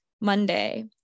Monday